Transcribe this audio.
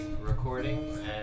recording